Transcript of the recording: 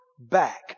back